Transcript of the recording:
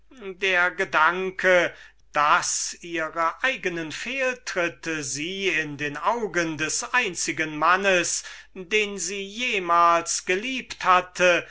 der gedanke daß ihre eigene fehltritte sie in den augen des einzigen mannes den sie jemals geliebt hatte